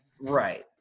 Right